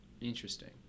Interesting